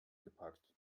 geparkt